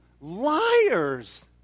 liars